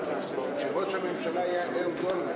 כשראש הממשלה היה אהוד אולמרט,